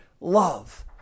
love